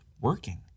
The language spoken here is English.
working